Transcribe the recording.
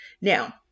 Now